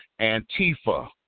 Antifa